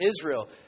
Israel